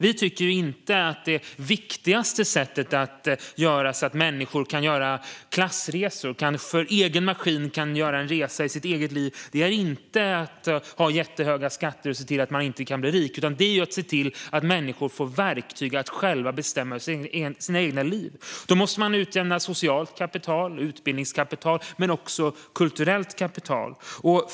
Vi tycker inte att det viktigaste sättet att se till så att människor kan göra klassresor och för egen maskin kan göra en resa i sitt eget liv är att ha jättehöga skatter och se till att människor inte kan bli rika, utan det är att se till att människor får verktyg för att själva kunna bestämma över sina egna liv. Då måste man utjämna socialt kapital och utbildningskapital, men också kulturellt kapital.